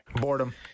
boredom